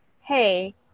hey